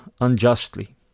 unjustly